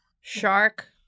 shark